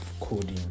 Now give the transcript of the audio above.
coding